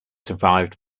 survived